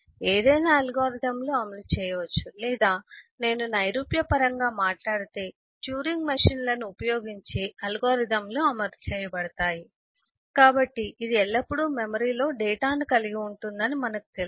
ఏదైనా అల్గోరిథం అమలు చేయవచ్చు లేదా నేను నైరూప్య పరంగా మాట్లాడితే ట్యూరింగ్ మెషీన్లను ఉపయోగించి అల్గోరిథంలు అమలు చేయబడతాయి కాబట్టి ఇది ఎల్లప్పుడూ మెమరీలో డేటాను కలిగి ఉంటుందని మనకు తెలుసు